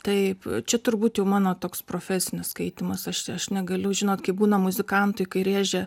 taip čia turbūt jau mano toks profesinis skaitymas aš aš negaliu žinot kaip būna muzikantui kai rėžia